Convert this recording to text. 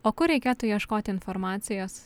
o kur reikėtų ieškoti informacijos